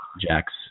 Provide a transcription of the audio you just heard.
Jack's